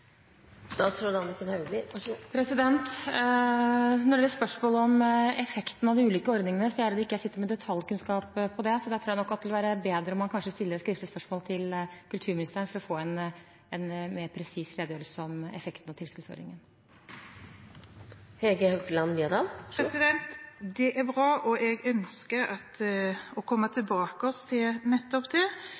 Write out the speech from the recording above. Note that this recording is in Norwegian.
Når det gjelder spørsmål om effekten av de ulike ordningene, sitter ikke jeg med detaljkunnskap om det. Så jeg tror nok at det ville være bedre om man stiller et skriftlig spørsmål til kulturministeren for å få en mer presis redegjørelse om effekten av tilskuddsordningen. Det er bra, og jeg ønsker å komme tilbake til nettopp det.